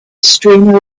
streamer